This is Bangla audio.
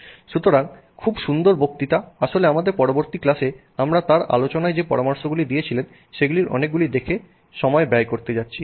সুতরাং খুব সুন্দর বক্তৃতা আসলে আমাদের পরবর্তী ক্লাসে আমরা তাঁর আলোচনায় যে পরামর্শগুলি দিয়েছিলেন সেগুলির অনেকগুলি দেখে সময় ব্যয় করতে যাচ্ছি